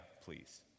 please